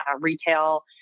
retail